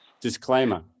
disclaimer